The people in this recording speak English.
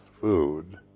food